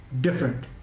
different